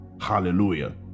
Hallelujah